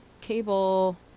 cable